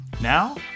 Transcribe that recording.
Now